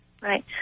right